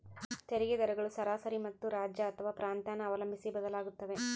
ತೆರಿಗೆ ದರಗಳು ಸರಾಸರಿ ಮತ್ತು ರಾಜ್ಯ ಅಥವಾ ಪ್ರಾಂತ್ಯನ ಅವಲಂಬಿಸಿ ಬದಲಾಗುತ್ತವೆ